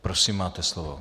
Prosím, máte slovo.